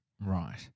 Right